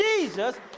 Jesus